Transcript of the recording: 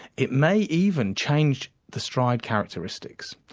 it may even change the stride characteristics.